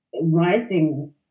rising